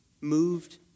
moved